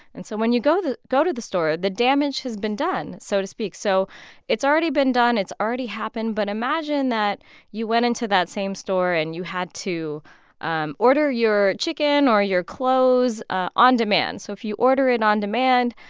and so when you go to the store, the damage has been done so to speak. so it's already been done. it's already happened. but imagine that you went into that same store, and you had to um order your chicken or your clothes on demand. so if you order it on demand,